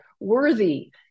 worthy